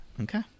Okay